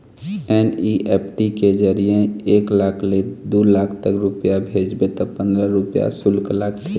NEFT के जरिए एक लाख ले दू लाख तक रूपिया भेजबे त पंदरा रूपिया सुल्क लागथे